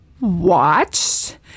watched